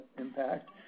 impact